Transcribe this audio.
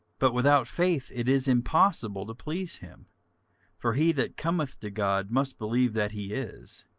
but without faith it is impossible to please him for he that cometh to god must believe that he is,